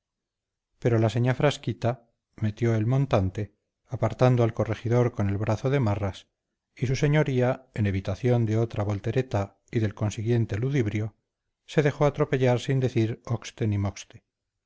pero la señá frasquita metió el montante apartando al corregidor con el brazo de marras y su señoría en evitación de otra voltereta y del consiguiente ludibrio se dejó atropellar sin decir